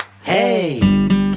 hey